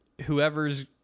whoever's